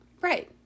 Right